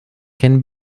can